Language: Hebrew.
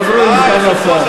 תעזרו לסגן השר.